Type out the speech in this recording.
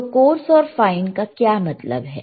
तो कोर्स और फाइन का क्या मतलब है